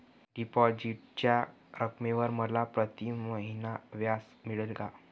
डिपॉझिटच्या रकमेवर मला प्रतिमहिना व्याज मिळेल का?